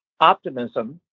optimism